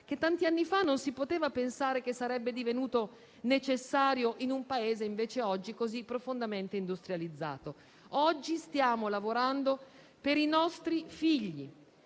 che tanti anni fa non si poteva pensare sarebbe divenuto necessario in un Paese invece oggi così profondamente industrializzato. Oggi stiamo lavorando per i nostri figli,